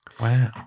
Wow